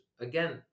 Again